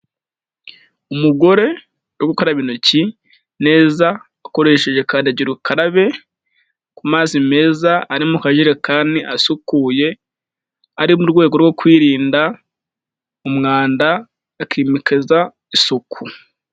Umugore uri gukaraba intoki, neza, akoresheje kandagira ukarabe, ku mazi meza ari mu kajerekani asukuye, ari mu rwego rwo kwirinda umwanda, akimakaza isuku.